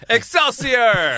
Excelsior